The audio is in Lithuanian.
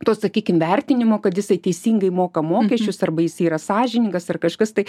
to sakykim vertinimo kad jisai teisingai moka mokesčius arba jisai yra sąžiningas ar kažkas tai